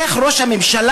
איך ראש הממשלה,